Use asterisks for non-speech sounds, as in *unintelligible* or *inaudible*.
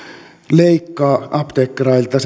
leikkaa apteekkareilta *unintelligible*